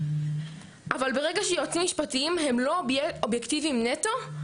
אבל ברגע שיועצים משפטיים הם לא אובייקטיבים נטו,